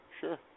Sure